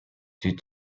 due